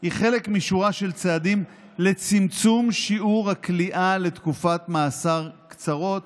היא חלק משורה של צעדים לצמצום שיעור הכליאה לתקופת מאסר קצרה.